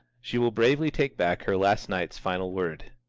she will bravely take back her last night's final word.